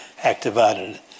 activated